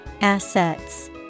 Assets